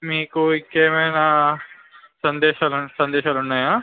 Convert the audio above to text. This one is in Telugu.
మీకు ఇంకేమైనా సందేశాలు సందేశాలు ఉన్నాయా